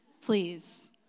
Please